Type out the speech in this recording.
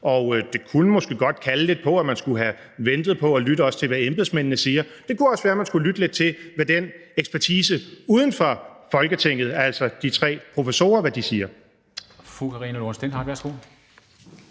Og det kunne måske godt kalde lidt på, at man skulle have ventet på og også lyttet til, hvad embedsmændene siger, og det kunne også være, man skulle lytte lidt til, hvad den ekspertise uden for Folketinget – altså de tre professorer – siger.